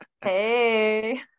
Hey